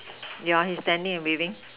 yeah he's standing and waving